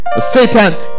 Satan